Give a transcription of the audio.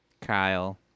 Kyle